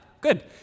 good